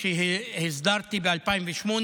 שהסדרתי ב-2008.